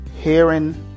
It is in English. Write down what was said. hearing